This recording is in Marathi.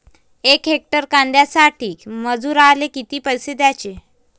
यक हेक्टर कांद्यासाठी मजूराले किती पैसे द्याचे?